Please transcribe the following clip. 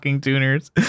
tuners